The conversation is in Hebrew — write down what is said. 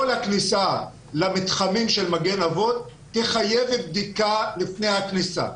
כל הכניסה למתחמים של מגן אבות תחייב בדיקה לפני הכניסה,